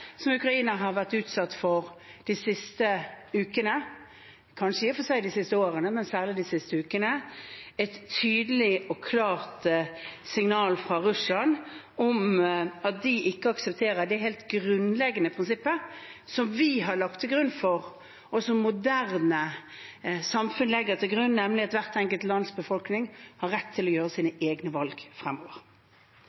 som Ukraina har vært utsatt for de siste ukene – kanskje i og for seg de siste årene, men særlig de siste ukene – et tydelig og klart signal fra Russland om at de ikke aksepterer det helt grunnleggende prinsippet som vi har lagt til grunn, og som moderne samfunn legger til grunn, nemlig at hvert enkelt lands befolkning har rett til å gjøre sine